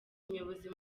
umuyobozi